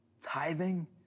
Tithing